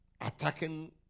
attacking